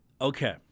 Okay